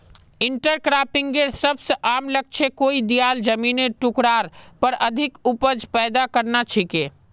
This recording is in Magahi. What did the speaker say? इंटरक्रॉपिंगेर सबस आम लक्ष्य कोई दियाल जमिनेर टुकरार पर अधिक उपज पैदा करना छिके